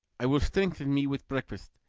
i will strengthen me with breakfast,